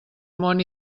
món